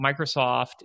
Microsoft